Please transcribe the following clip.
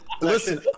listen